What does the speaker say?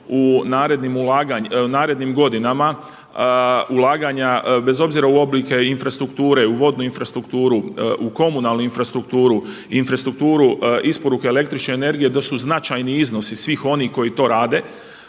u narednim godinama ulaganja bez obzira u oblike infrastrukture, u vodnu infrastrukturu, u komunalnu infrastrukturu, infrastrukturu isporuke električne energije da su značajni iznosi svih onih koji to rade.